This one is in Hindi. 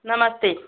नमस्ते